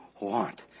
want